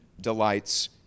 delights